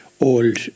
old